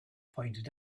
pointed